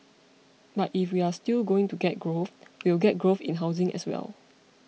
but if we are still going to get growth we will get growth in housing as well